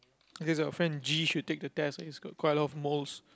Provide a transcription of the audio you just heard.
okay our friend G should take the test he's got quite a lot of moles